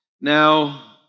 Now